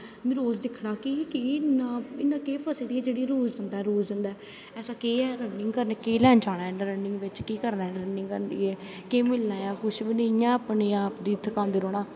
में रोज़ दिक्खना कि केह् इन्ना इयां केह् फसी दी ऐ रोज़ जंदा रोज़ जंदा एह् केह् ऐ रनिंग करन केह् करना रनिंग करियै केह् मिलना ऐ कक्ख नी इयां अपनें आप गी थकांदे रौह्ना